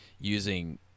using